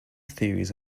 theories